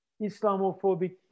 Islamophobic